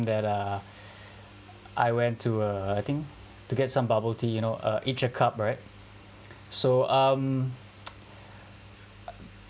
that uh I went to uh I think to get some bubble tea you know uh each a cup right so um